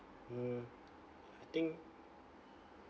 mm I think